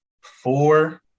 Four